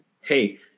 Hey